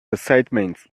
excitement